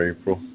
April